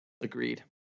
Agreed